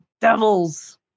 Devils